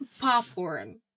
Popcorn